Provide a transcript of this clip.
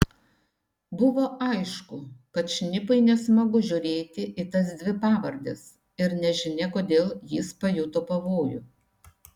buvo aišku kad šnipui nesmagu žiūrėti į tas dvi pavardes ir nežinia kodėl jis pajuto pavojų